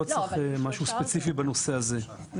לא צריך משהו ספציפי בנושא הזה.